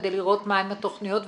כדי לראות מהן התכניות,